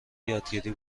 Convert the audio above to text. یادگیری